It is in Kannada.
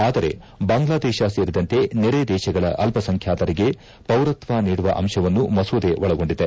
ಆದರೆ ಬಾಂಗ್ಲದೇಶ ಸೇರಿದಂತೆ ನೆರೆ ದೇಶಗಳ ಅಲ್ಪಸಂಖ್ಯಾತರಿಗೆ ಪೌರತ್ವ ನೀಡುವ ಅಂಶವನ್ನು ಮಸೂದೆ ಒಳಗೊಂಡಿದೆ